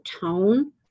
tone